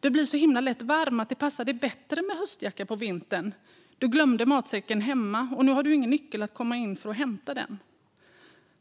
Du blir så himla lätt varm att det passar dig bättre med höstjacka på vintern. Du glömde matsäcken hemma, och nu har du ingen nyckel för att komma in och hämta den.